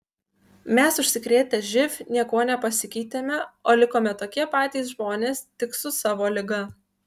mes užsikrėtę živ niekuo nepasikeitėme o likome tokie patys žmonės tik su savo liga